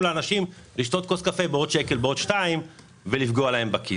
לאנשים לשתות כוס קפה בעוד שקל או שניים ולפגוע להם בכיס.